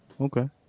okay